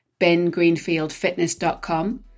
bengreenfieldfitness.com